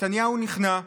נתניהו נכנע,